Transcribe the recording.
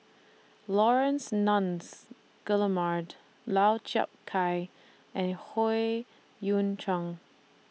Laurence Nunns Guillemard Lau Chiap Khai and Howe Yoon Chong